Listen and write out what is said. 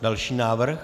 Další návrh.